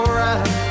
right